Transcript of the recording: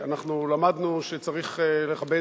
אנחנו למדנו שצריך לכבד